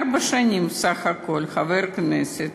ארבע שנים בסך הכול הוא היה חבר הכנסת,